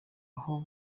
aho